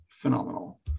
Phenomenal